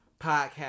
podcast